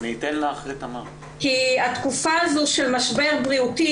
כי התקופה הזאת של משבר בריאותי,